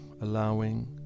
allowing